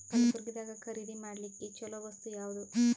ಕಲಬುರ್ಗಿದಾಗ ಖರೀದಿ ಮಾಡ್ಲಿಕ್ಕಿ ಚಲೋ ವಸ್ತು ಯಾವಾದು?